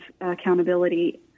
accountability